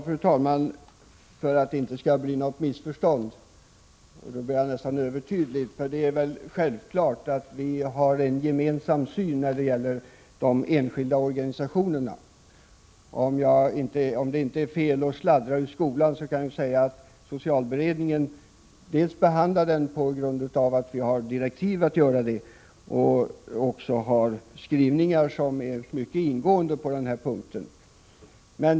Fru talman! För att det inte skall bli något missförstånd vill jag, med risk att vara övertydlig, säga att vi självfallet har en gemensam syn på de enskilda organisationerna. Jag hoppas att det inte anses vara att skvallra i skolan om jag säger att socialberedningen, i vars direktiv ingår att behandla denna fråga, har mycket ingående skrivningar på denna punkt.